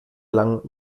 lang